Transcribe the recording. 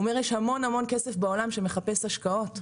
הוא אומר יש המון המון כסף בעולם שמחפש השקעות,